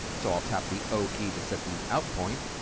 so i'll tap the o key to set the out point.